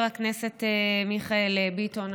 חבר הכנסת מיכאל ביטון,